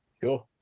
Sure